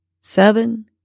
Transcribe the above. seven